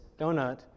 donut